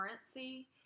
currency